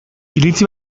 iritzi